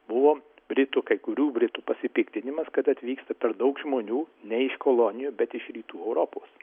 buvo britų kai kurių britų pasipiktinimas kad atvyksta per daug žmonių ne iš kolonijų bet iš rytų europos